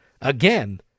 again